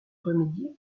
remédier